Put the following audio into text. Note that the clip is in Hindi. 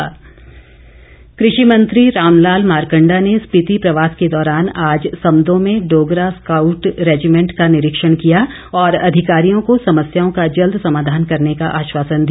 मारकंडा कृषि मंत्री रामलाल मारकंडा ने स्पिति प्रवास के दौरान आज समदो में डोगरा स्काउट रेजिमेंट का निरीक्षण किया और अधिकारियों को समस्याओं का जल्द समाधान करने का आश्वासन दिया